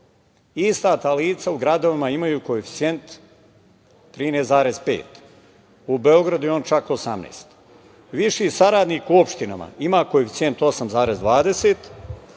Ista ta lica u gradovima imaju koeficijent 13,5, u Beogradu je on čak 18. Viši saradnik u opštinama ima koeficijent 8,20,